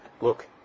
look